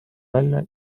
välja